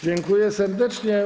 Dziękuję serdecznie.